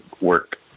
work